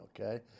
okay